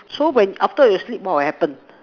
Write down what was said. so when after you sleep more happen